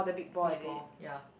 beach ball ya